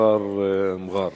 הכפר מע'אר.